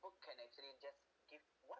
book can actually just give what